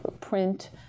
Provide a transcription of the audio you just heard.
print